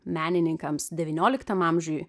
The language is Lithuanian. menininkams devynioliktam amžiuj